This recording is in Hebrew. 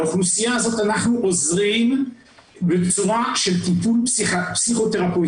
לאוכלוסייה הזאת אנחנו עוזרים בצורה של טיפול פסיכותרפויטי,